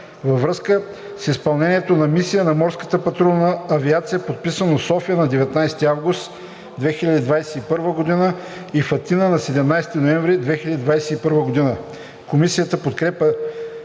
във връзка с изпълнението на мисия на Морската патрулна авиация, подписано в София на 19 август 2021 г. и в Атина на 17 ноември 2021 г.“ Комисията подкрепя